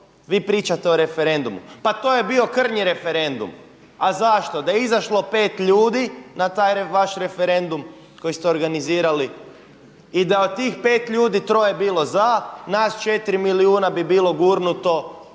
Vi pričate o referendumu, pa to je bio krnji referendum. A zašto? Da je izašlo 5 ljudi na taj vaš referendum koji ste organizirali i da je od tih 5 ljudi 3 bilo za, nas 4 milijuna bi bilo gurnuto